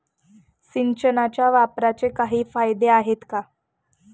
सिंचनाच्या वापराचे काही फायदे आहेत का?